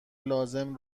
لازم